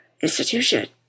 institution